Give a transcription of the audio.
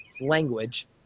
language